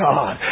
God